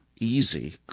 easy